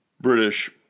British